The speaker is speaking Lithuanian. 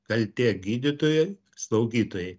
kaltė gydytojui slaugytojai